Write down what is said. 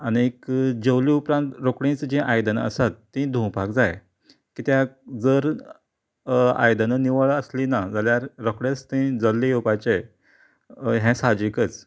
आनीक जेवलें उपरांत रोखडींच जीं आयदनां आसात तीं धुवपाक जाय कित्याक जर आयदनां निवळ आसलीं ना जाल्यार रोखडेच थंय जल्ले येवपाचे हें साहजीकच